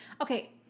Okay